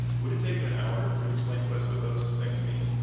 would it take you an hour to explain to us what those things mean?